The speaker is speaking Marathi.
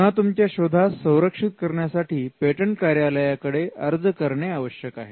तेव्हा तुमच्या शोधास संरक्षित करण्यासाठी पेटंट कार्यालयाकडे अर्ज करणे आवश्यक आहे